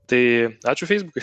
tai ačiū feisbukui